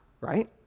right